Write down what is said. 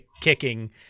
kicking